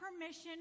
permission